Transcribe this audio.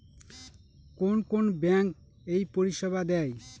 কোন কোন ব্যাঙ্ক এই পরিষেবা দেয়?